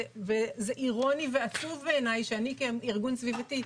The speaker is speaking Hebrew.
וזה אירוני ועצוב בעיניי שאני כארגון סביבתי,